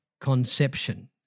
conception